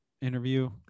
interview